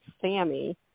Sammy